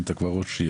הוא מאוד מאוד בעייתי,